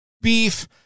beef